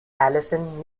allison